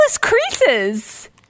creases